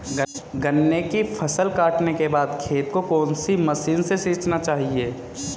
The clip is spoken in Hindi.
गन्ने की फसल काटने के बाद खेत को कौन सी मशीन से सींचना चाहिये?